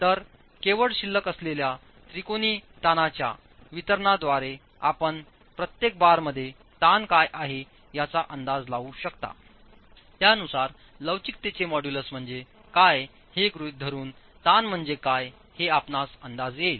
तर केवळ शिल्लक असलेल्या त्रिकोणी ताणांच्या वितरणाद्वारे आपण प्रत्येक बारमध्ये ताण काय आहे याचा अंदाज लावू शकतात्यानुसार लवचिकतेचे मॉड्यूलस म्हणजे काय हे गृहित धरून ताण म्हणजे काय हे आपणास अंदाज येईल